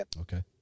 Okay